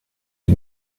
que